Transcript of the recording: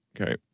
Okay